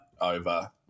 over